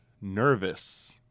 nervous